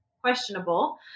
questionable